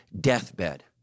deathbed